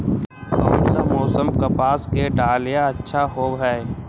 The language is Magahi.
कोन सा मोसम कपास के डालीय अच्छा होबहय?